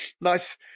nice